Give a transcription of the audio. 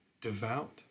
devout